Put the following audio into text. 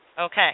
Okay